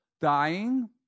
dying